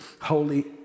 holy